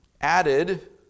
Added